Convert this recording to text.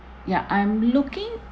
ya I'm looking